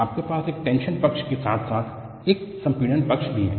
आपके पास एक टेंशन पक्ष के साथ साथ एक संपीड़न पक्ष भी है